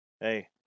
Hey